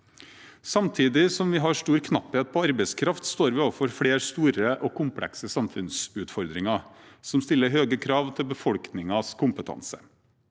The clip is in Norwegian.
Samtidig som vi har stor knapphet på arbeidskraft, står vi overfor flere store og komplekse samfunnsutfordringer som stiller høye krav til befolkningens kompetanse.